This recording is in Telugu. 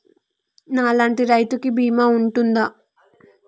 నా లాంటి రైతు కి బీమా ఉంటుందా?